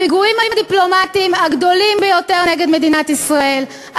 הפיגועים הדיפלומטיים הגדולים ביותר נגד מדינת ישראל,